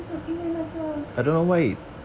是因为那个